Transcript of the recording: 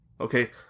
Okay